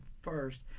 first